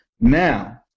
Now